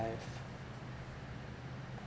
I've